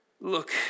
look